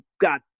got